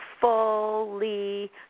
fully